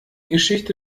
geschichte